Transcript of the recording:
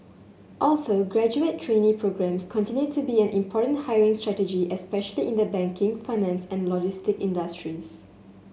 also graduate trainee programmes continue to be an important hiring strategy especially in the banking finance and logistic industries